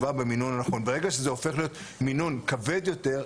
ברגע שזה הופך להיות מינון כבד יותר,